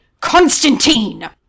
Constantine